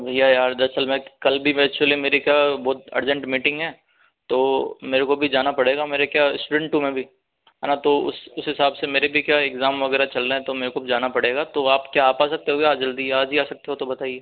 भैया यार दरअसल मैं कल भी मैं एक्चुअली मेरी क्या बहुत अर्जेंट मीटिंग है तो मुझे भी जाना पड़ेगा मेरा क्या स्टूडेंट हूँ मैं भी है ना तो उस उस हिसाब से मेरे भी क्या एग्जाम वगैरह चल रहे हैं तो मुझे क्या जाना पड़ेगा तो आप क्या आप आ सकते हो क्या जल्दी आज ही आ सकते हो क्या तो बताइए